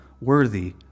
worthy